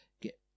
get